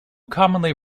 commonly